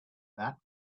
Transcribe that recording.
that